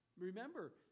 Remember